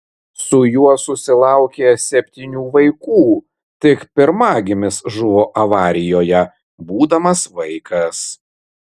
su juo susilaukė septynių vaikų tik pirmagimis žuvo avarijoje būdamas vaikas